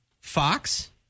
Fox